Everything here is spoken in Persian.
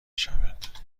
شود